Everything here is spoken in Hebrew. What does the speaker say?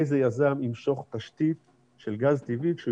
איזה יזם ימשוך תשתית של גז טבעי כשהוא